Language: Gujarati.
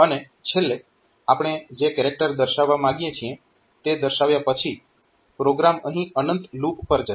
અને છેલ્લે આપણે જે કેરેક્ટર દર્શાવવા માંગીએ છીએ તે દર્શાવ્યા પછી પ્રોગ્રામ અહીં અનંત લૂપ પર જશે